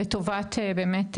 לטובת באמת,